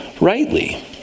rightly